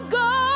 go